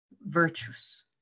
virtues